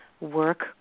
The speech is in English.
work